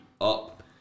up